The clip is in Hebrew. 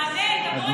תענה, תבוא עם בשורה.